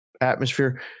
atmosphere